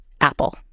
apple